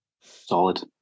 solid